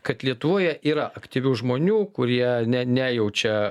kad lietuvoje yra aktyvių žmonių kurie ne nejaučia